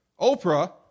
Oprah